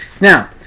now